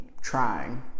trying